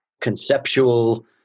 conceptual